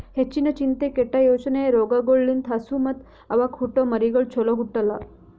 ಹೆಚ್ಚಿನ ಚಿಂತೆ, ಕೆಟ್ಟ ಯೋಚನೆ ರೋಗಗೊಳ್ ಲಿಂತ್ ಹಸು ಮತ್ತ್ ಅವಕ್ಕ ಹುಟ್ಟೊ ಮರಿಗಳು ಚೊಲೋ ಹುಟ್ಟಲ್ಲ